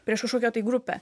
prieš kažkokią tai grupę